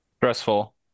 Stressful